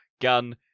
gun